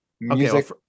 Music